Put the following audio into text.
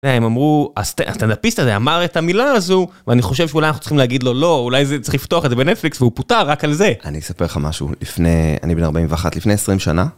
הם אמרו, הסטנדפיסט הזה אמר את המילה הזו ואני חושב שאולי אנחנו צריכים להגיד לו לא, אולי צריך לפתוח את זה בנטפליקס והוא פוטע רק על זה. אני אספר לך משהו לפני, אני בן 41 לפני 20 שנה.